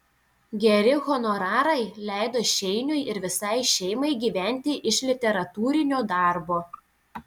geri honorarai leido šeiniui ir visai šeimai gyventi iš literatūrinio darbo